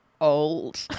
old